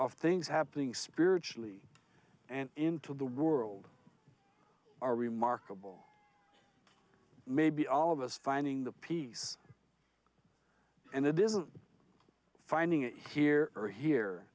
of things happening spiritually and into the world are remarkable maybe all of us finding the peace and it isn't finding it here or here